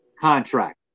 contract